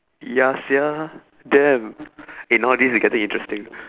ya sia damn eh now this is getting interesting